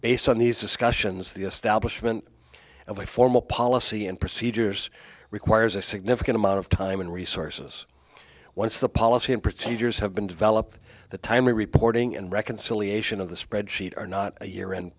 based on these discussions the establishment of a formal policy and procedures requires a significant amount of time and resources once the policy and procedures have been developed at the time reporting and reconciliation of the spreadsheet are not a year end